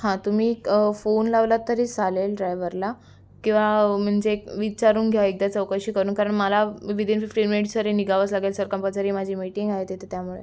हां तुम्ही एक फोन लावलात तरी चालेल ड्रायव्हरला किंवा म्हणजे विचारून घ्या एकदा चौकशी करून कारण मला विदीन फिफ्टीन मिनिट्स तरी निघावंच लागेल सर कंपल्सरी माझी मिटिंग आहे तिथे त्यामुळे